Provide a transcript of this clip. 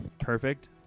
Perfect